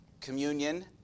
communion